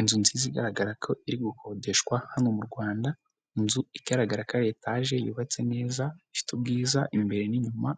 Inzu nziza igaragara ko iri gukodeshwa hano mu Rwanda, inzu igaragara ko etaje yubatse neza, ifite ubwiza imbere n'inyuma